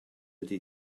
ydy